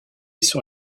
sur